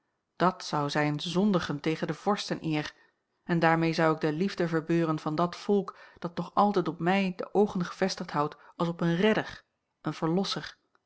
dàt zou zijn zondigen tegen de vorsteneer en daarmee zou ik de liefde verbeuren van dat volk dat nog altijd op mij de oogen gevestigd houdt als op een redder een verlosser